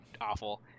awful